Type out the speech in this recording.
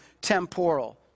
temporal